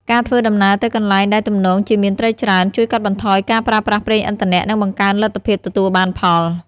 ការធ្វើដំណើរទៅកន្លែងដែលទំនងជាមានត្រីច្រើន ជួយកាត់បន្ថយការប្រើប្រាស់ប្រេងឥន្ធនៈ និងបង្កើនលទ្ធភាពទទួលបានផល។